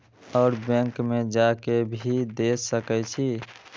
और बैंक में जा के भी दे सके छी?